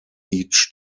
each